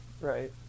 right